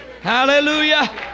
Hallelujah